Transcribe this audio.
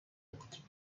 بود